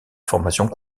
formations